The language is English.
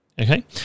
Okay